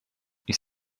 ich